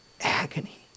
Agony